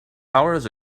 hours